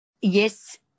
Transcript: Yes